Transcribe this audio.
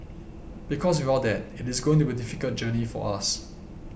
because without that it is going to be difficult journey for us